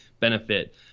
benefit